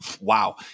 Wow